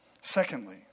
Secondly